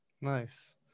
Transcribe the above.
nice